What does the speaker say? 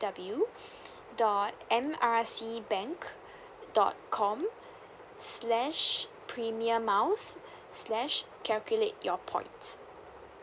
W dot M_R_I_C bank dot com slash premier miles slash calculate your points